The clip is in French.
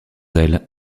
elle